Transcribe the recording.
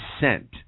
sent